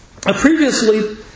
previously